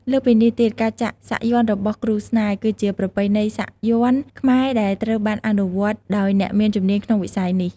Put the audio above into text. លើសពីនេះទៀតការចាក់សាក់យ័ន្តរបស់គ្រូស្នេហ៍ គឺជាប្រពៃណីសាក់យន្តខ្មែរដែលត្រូវបានអនុវត្តដោយអ្នកមានជំនាញក្នុងវិស័យនេះ។